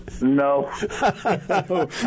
No